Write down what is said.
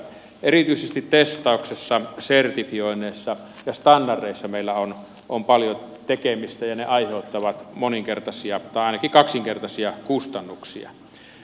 erityisesti testauksessa sertifioinneissa ja standardeissa meillä on paljon tekemistä ja ne aiheuttavat moninkertaisia tai ainakin kaksinkertaisia kustannuksia